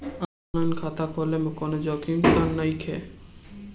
आन line खाता खोले में कौनो जोखिम त नइखे?